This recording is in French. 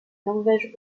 norvège